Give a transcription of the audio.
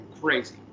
crazy